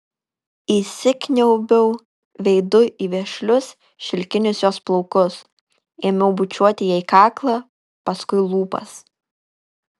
įsikniaubiau veidu į vešlius šilkinius jos plaukus ėmiau bučiuoti jai kaklą paskui lūpas